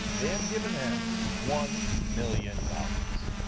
they had given him one million dollars,